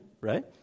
right